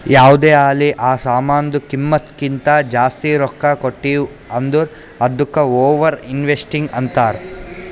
ಯಾವ್ದೇ ಆಲಿ ಆ ಸಾಮಾನ್ದು ಕಿಮ್ಮತ್ ಕಿಂತಾ ಜಾಸ್ತಿ ರೊಕ್ಕಾ ಕೊಟ್ಟಿವ್ ಅಂದುರ್ ಅದ್ದುಕ ಓವರ್ ಇನ್ವೆಸ್ಟಿಂಗ್ ಅಂತಾರ್